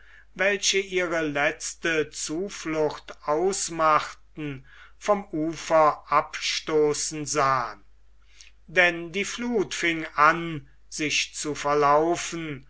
welche ihre letzte zuflucht ausmachten vom ufer abstoßen sahen denn die fluth fing an sich zu verlaufen